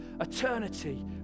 Eternity